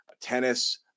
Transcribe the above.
tennis